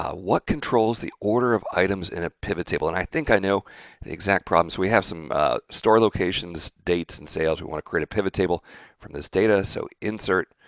ah what controls the order of items in a pivot table, and i think i know the exact problem. so, we have some store locations, dates, and sales. we want to create a pivot table from this data. so, insert,